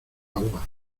agua